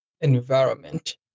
environment